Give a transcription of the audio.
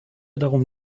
darum